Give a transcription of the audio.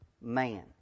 man